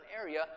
area